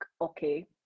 okay